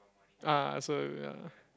ya so ya